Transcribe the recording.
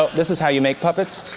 ah this is how you make puppets.